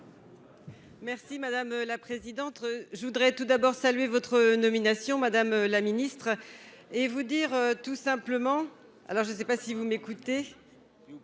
Merci madame la présidente, je voudrais tout d'abord saluer votre nomination, Madame la Ministre, et vous dire tout simplement, alors je sais pas si vous m'écoutez